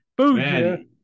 man